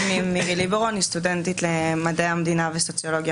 אני סטודנטית למדעי המדינה וסוציולוגיה